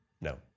no